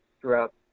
throughout